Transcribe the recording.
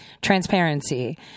transparency